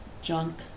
junk